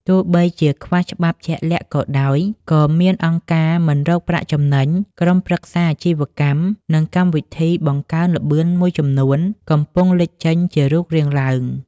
ទោះបីជាខ្វះច្បាប់ជាក់លាក់ក៏ដោយ ក៏មានអង្គការមិនរកប្រាក់ចំណេញ ក្រុមប្រឹក្សាអាជីវកម្ម និងកម្មវិធីបង្កើនល្បឿនមួយចំនួនកំពុងលេចចេញជារូបរាងឡើង ។